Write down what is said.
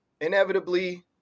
inevitably